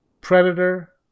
Predator